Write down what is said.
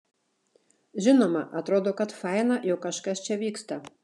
žinoma atrodo kad faina jog kažkas čia vyksta